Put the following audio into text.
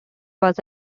was